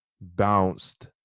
bounced